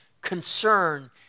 concern